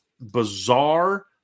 bizarre